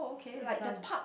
it's fun